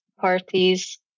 parties